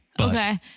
Okay